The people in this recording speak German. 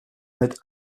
mit